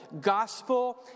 gospel